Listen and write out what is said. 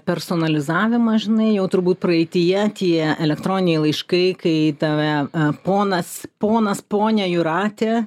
personalizavimą žinai jau turbūt praeityje tie elektroniniai laiškai kai tave ponas ponas ponia jūrate